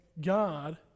God